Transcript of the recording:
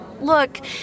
Look